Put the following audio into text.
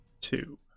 two